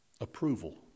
approval